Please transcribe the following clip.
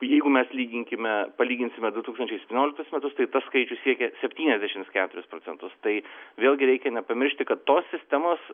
jeigu mes lyginkime palyginsime du tūkstančiai septynioliktus metus tai tas skaičius siekia septyniasdešims keturis procentus tai vėlgi reikia nepamiršti kad tos sistemos